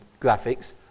graphics